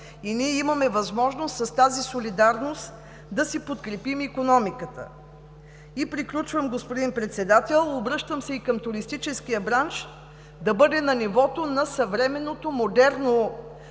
и ние имаме възможност с тази солидарност да си подкрепим икономиката. Приключвам, господин Председател – обръщам се и към туристическия бранш да бъде на нивото на съвременното модерно